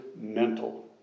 mental